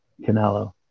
Canelo